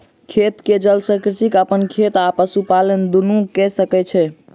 खेत के जल सॅ कृषक अपन खेत आ पशुपालन दुनू कय सकै छै